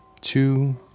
two